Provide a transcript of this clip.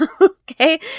Okay